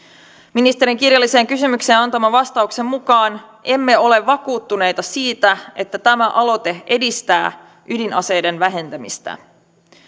ministerin kirjalliseen kysymykseen antaman vastauksen mukaan emme olleet vakuuttuneita siitä että tämä aloite edistää ydinaseiden vähentämistä